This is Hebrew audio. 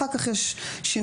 אחר כך יש שינויים.